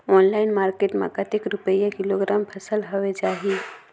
Online market मां कतेक रुपिया किलोग्राम फसल हवे जाही?